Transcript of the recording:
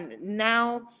now